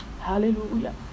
Hallelujah